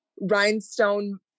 rhinestone